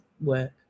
work